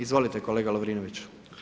Izvolite kolega Lovrinović.